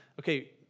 okay